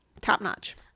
top-notch